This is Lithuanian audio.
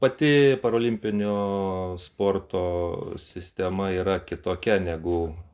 pati parolimpinio sporto sistema yra kitokia negu